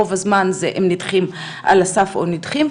רוב הזמן הם נדחים על הסף או נדחים,